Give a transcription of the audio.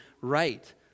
right